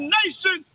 nation